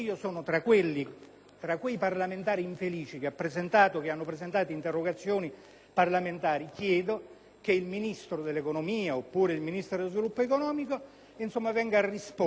tra quei parlamentari infelici che hanno presentato interrogazioni al riguardo, chiedo che il Ministro dell'economia e delle finanze o quello dello sviluppo economico vengano a rispondere